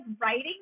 writing